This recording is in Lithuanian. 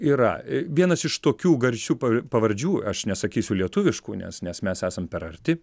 yra vienas iš tokių garsių pavardžių aš nesakysiu lietuviškų nes nes mes esam per arti